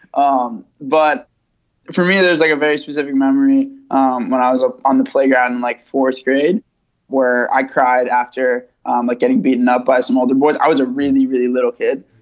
um but for me, there's like a very specific memory um when i was ah on the playground and like fourth grade where i cried after um like getting beaten up by some of the boys. i was a really, really little kid.